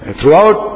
Throughout